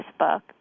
Facebook